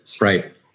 Right